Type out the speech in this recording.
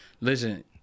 listen